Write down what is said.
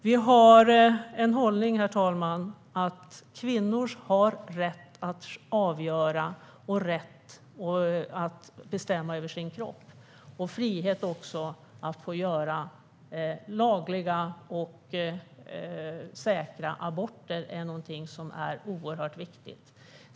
Vi har hållningen, herr talman, att kvinnans rätt att avgöra och bestämma över sin kropp och frihet att göra lagliga och säkra aborter är någonting oerhört viktigt.